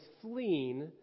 fleeing